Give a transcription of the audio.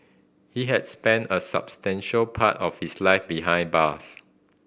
he had spent a substantial part of his life behind bars